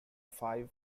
five